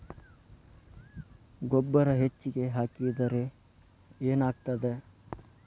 ಗೊಬ್ಬರ ಹೆಚ್ಚಿಗೆ ಹಾಕಿದರೆ ಏನಾಗ್ತದ?